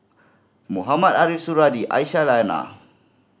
Mohamed Ariff Suradi Aisyah Lyana